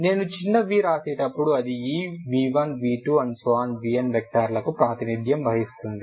నేను చిన్న vవ్రాసేటప్పుడు అది ఈ v1v2vn వెక్టర్ లకు ప్రాతినిధ్యం వహిస్తుంది